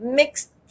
mixed